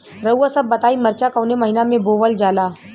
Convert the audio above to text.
रउआ सभ बताई मरचा कवने महीना में बोवल जाला?